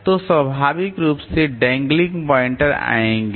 तो स्वाभाविक रूप से डैंगलिंग प्वाइंटर आएंगे